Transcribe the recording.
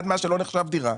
עד מה שלא נחשב דירה.